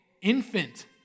infant